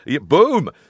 Boom